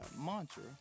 mantra